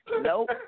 nope